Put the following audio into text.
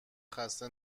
خسته